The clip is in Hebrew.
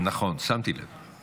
הסיעה שלך מפריעה לי.